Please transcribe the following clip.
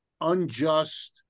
unjust